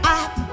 up